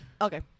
okay